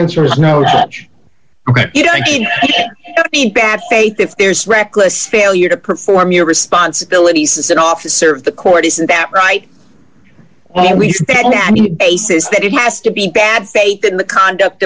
answer is no such bad faith if there's reckless failure to perform your responsibilities as an officer of the court isn't that right what we base is that it has to be bad faith in the conduct